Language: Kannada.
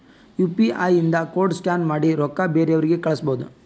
ಯು ಪಿ ಐ ಇಂದ ಕೋಡ್ ಸ್ಕ್ಯಾನ್ ಮಾಡಿ ರೊಕ್ಕಾ ಬೇರೆಯವ್ರಿಗಿ ಕಳುಸ್ಬೋದ್